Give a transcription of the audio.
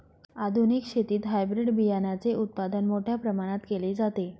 आधुनिक शेतीत हायब्रिड बियाणाचे उत्पादन मोठ्या प्रमाणात केले जाते